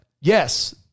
yes